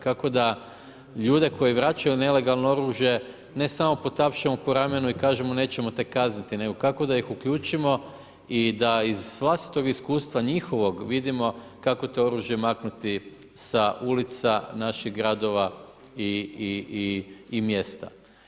Kako da ljude, koji vraćaju nelegalno oružje, ne samo potapšamo po ramenu i kažemo, nećemo te kazniti, nego kako da ih uključimo i da iz vlastitog iskustva, njihovog vidimo, kako to oružje maknuti, sa ulica naših gradova i mjesta.